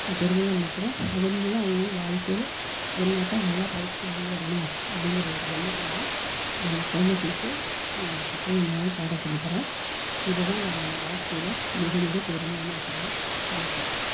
நான் பெருமையாக நெனைனக்கிறேன் அதன் மூலம் அவங்களும் வாழ்க்கையில் என்னாட்டம் நல்லா படித்து முன்னேறணும் அப்படிங்குற ஒரு எண்ணத்தில் தான் அந்த குழந்தைங்களுக்கு கட்டணமில்லாமல் பாடம் சொல்லித்தறேன் இதுதான் நான் என்னோட வாழ்க்கையில் மிக மிக பெருமையான விஷயமாக நெனைக்கிறேன்